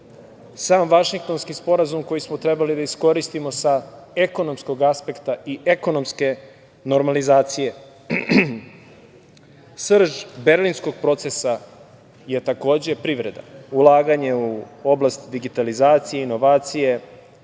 Vašingtonski sporazum koji smo trebali da iskoristimo sa ekonomskog aspekta i ekonomske normalizacije. Srž Berlinskog procesa je takođe privreda, ulaganje u oblast digitalizacije, inovacije,